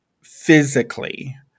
physically